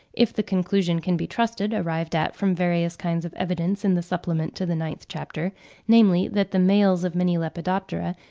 if the conclusion can be trusted, arrived at from various kinds of evidence in the supplement to the ninth chapter namely, that the males of many lepidoptera,